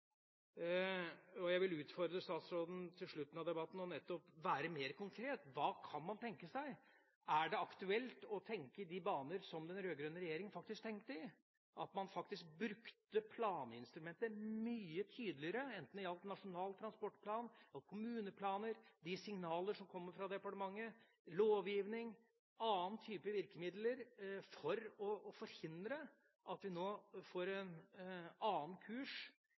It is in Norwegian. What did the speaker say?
Jeg vil utfordre statsråden til på slutten av debatten nettopp å være mer konkret. Hva kan man tenke seg? Er det aktuelt å tenke i de baner som den rød-grønne regjeringa tenkte i, at man faktisk brukte planinstrumentet mye tydeligere, enten det gjaldt Nasjonal transportplan, kommuneplaner, de signaler som kommer fra departementet, lovgivning eller andre typer virkemidler, for å forhindre at vi nå får en annen kurs